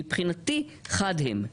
מבחינתי חד הן.